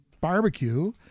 barbecue